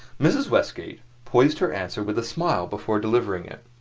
mrs. westgate poised her answer with a smile before delivering it.